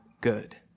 good